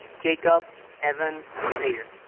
jacob evan thayer.